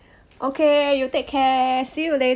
okay you take care see you la~